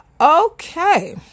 Okay